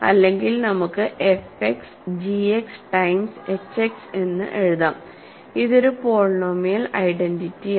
ഇല്ലെങ്കിൽ നമുക്ക് F X G X times H X എന്ന് എഴുതാം ഇതൊരു പോളിനോമിയൽ ഐഡന്റിറ്റിയാണ്